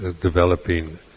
developing